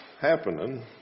happening